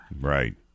Right